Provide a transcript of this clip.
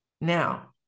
Now